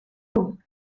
room